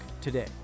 today